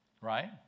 right